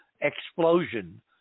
explosion